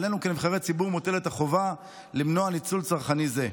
עלינו כנבחרי ציבור מוטלת החובה למנוע ניצול צרכני זה.